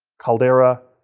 caldera,